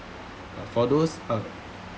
for those uh